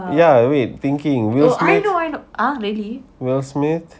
yeah wait thinking will smith will smith